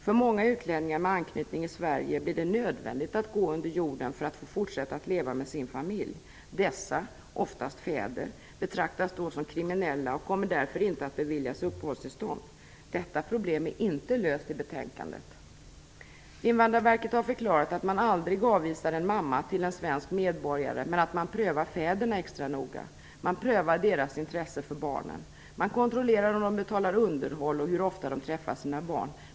För många utlänningar med anknytning i Sverige blir det nödvändigt att gå under jorden för att få fortsätta att leva med sin familj. Dessa, oftast fäder, betraktas då som kriminella och kommer därför inte att beviljas uppehållstillstånd. Detta problem är inte löst i betänkandet. Invandrarverket har förklarat att man aldrig avvisar en mamma till en svensk medborgare men att man prövar fäderna extra noga. Man prövar deras intresse för barnen. Man kontrollerar om de betalar underhåll och hur ofta de träffar sina barn.